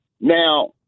Now